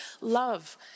love